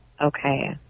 okay